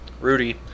Rudy